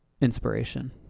inspiration